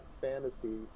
fantasy